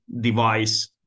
device